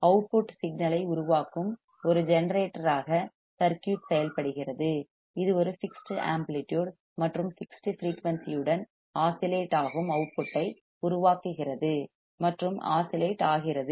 output signal ஐ உருவாக்கும் ஒரு ஜெனரேட்டராக சர்க்யூட் செயல்படுகிறது இது ஒரு ஃபிக்ஸ்ட் ஆம்ப்ளிடியூட் மற்றும் ஃபிக்ஸ்ட் ஃபிரீயூன்சி உடன் ஆஸிலேட் ஆகும் அவுட்புட்டை உருவாக்குகிறது மற்றும் ஆஸிலேட் ஆகிறது